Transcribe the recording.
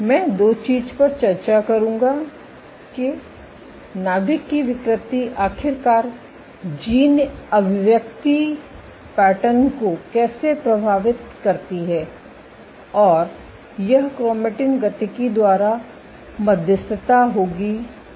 मैं दो चीजों पर चर्चा करूंगा कि नाभिक विकृति आखिरकार जीन अभिव्यक्ति पैटर्न को कैसे प्रभावित करती है और यह क्रोमेटिन गतिकी द्वारा मध्यस्थता होगी